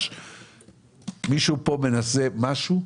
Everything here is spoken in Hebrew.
מישהו כאן מנסה משהו,